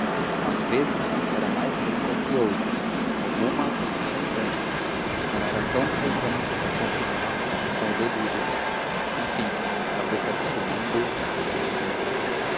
umas vezes era mais lenta que outras alguma instantânea não eram tão frequentes que confinassem com o delírio enfim ela se foi acostumando e deleitando